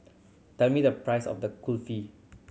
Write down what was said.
tell me the price of the Kulfi